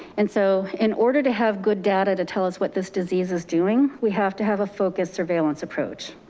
and so in order to have good data to tell us what this disease is doing, we have to have a focused surveillance approach.